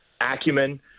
acumen